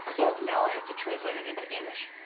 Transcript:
well, now i have to translate it into english.